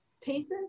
pieces